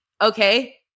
okay